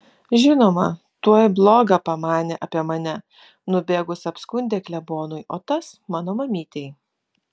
žinoma tuoj bloga pamanė apie mane nubėgus apskundė klebonui o tas mano mamytei